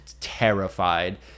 terrified